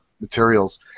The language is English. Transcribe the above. materials